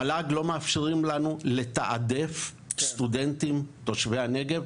מל"ג לא מאפשרים לנו לתעדף סטודנטים תושבי הנגב.